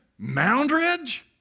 Moundridge